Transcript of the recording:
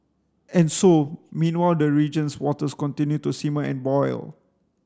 and so meanwhile the region's waters continue to simmer and boil